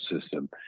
system